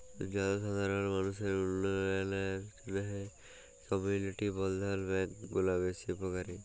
জলসাধারল মালুসের উল্ল্যয়লের জ্যনহে কমিউলিটি বলধ্ল ব্যাংক গুলা বেশ উপকারী